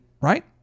right